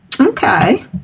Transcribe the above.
okay